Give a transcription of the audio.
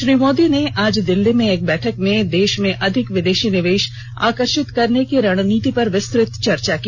श्री मोदी ने आज दिल्लीं में एक बैठक में देश में अधिक विदेशी निवेश आकर्षित करने की रणनीति पर विस्तृत चर्चा की